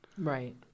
Right